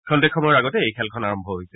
খন্তেক সময়ৰ আগতে এই খেলখন আৰম্ভ হৈছে